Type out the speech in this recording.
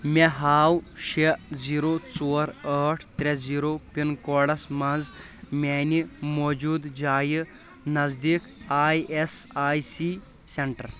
مےٚ ہاو شیٚے زیٖرو ژور ٲٹھ ترٛےٚ زیٖرو پِن کوڈس مَنٛز میانہِ موٗجوٗد جایہِ نزدیٖک I S I C centre